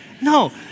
No